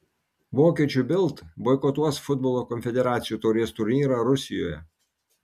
vokiečių bild boikotuos futbolo konfederacijų taurės turnyrą rusijoje